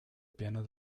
piano